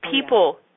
People